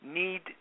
need